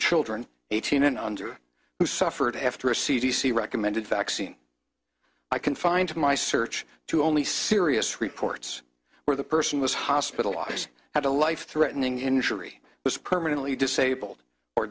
children eighteen and under who suffered after a c d c recommended vaccine i can find my search to only serious reports where the person was hospitalized had a life threatening injury was permanently disabled or